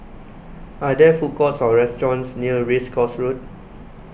Are There Food Courts Or restaurants near Race Course Road